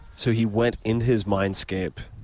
so he went in his mindscape?